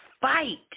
fight